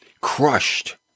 crushed